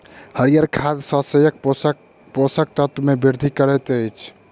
हरीयर खाद शस्यक पोषक तत्व मे वृद्धि करैत अछि